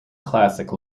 classic